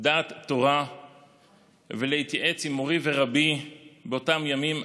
דעת תורה ולהתייעץ עם מורי ורבי באותם ימים,